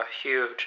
huge